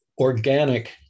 organic